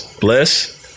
Bless